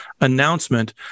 announcement